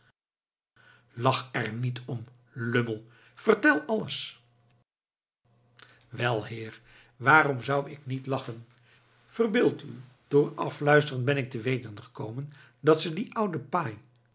lach er niet om lummel vertel verder wel heer waarom zou ik niet lachen verbeeld u door afluisteren ben ik te weten gekomen dat ze dien ouden paai